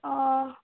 অঁ